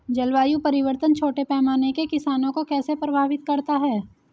जलवायु परिवर्तन छोटे पैमाने के किसानों को कैसे प्रभावित करता है?